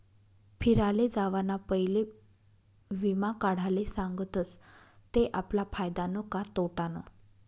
फिराले जावाना पयले वीमा काढाले सांगतस ते आपला फायदानं का तोटानं